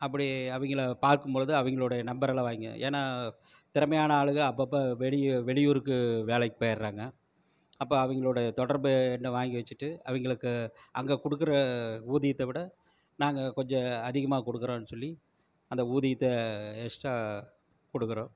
அப்படி அவங்கள பார்க்கும்பொழுது அவங்களோட நம்பரெல்லாம் வாங்கி ஏன்னா திறமையான ஆளுகள் அப்பப்போ வெளியூருக்கு வேலைக்கு போய்ட்றாங்க அப்போ அவங்களோட தொடர்பு எண்ணை வாங்கி வெச்சிட்டு அவங்களுக்கு அங்கே கொடுக்குற ஊதியத்தை விட நாங்கள் கொஞ்சம் அதிகமாக கொடுக்குறோன்னு சொல்லி அந்த ஊதியத்தை எஸ்ட்ரா கொடுக்குறோம்